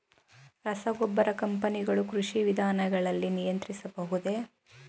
ರಸಗೊಬ್ಬರ ಕಂಪನಿಗಳು ಕೃಷಿ ವಿಧಾನಗಳನ್ನು ನಿಯಂತ್ರಿಸಬಹುದೇ?